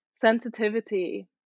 sensitivity